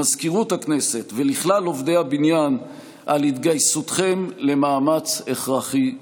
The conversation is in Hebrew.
למזכירות הכנסת ולכלל עובדי הבניין על התגייסותכם למאמץ הכרחי זה.